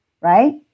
right